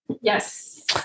Yes